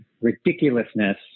ridiculousness